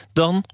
dan